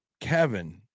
Kevin